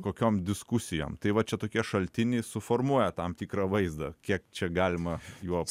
kokiom diskusijom tai va čia tokie šaltiniai suformuoja tam tikrą vaizdą kiek čia galima juo